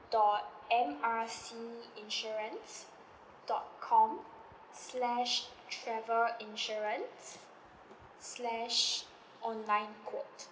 dot M R C insurance dot com slash travel insurance slash online quote